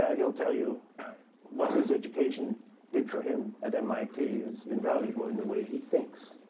ah he'll tell you what his education did for him at mit is invaluable in the way he thinks.